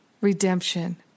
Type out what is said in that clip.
redemption